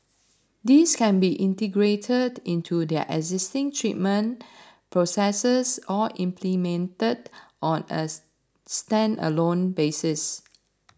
these can be integrated into their existing treatment processes or implemented on as standalone basis